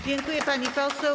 Dziękuję, pani poseł.